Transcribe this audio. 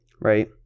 right